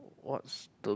what's the